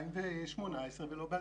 כידון חשמלי למשותקים.